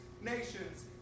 nations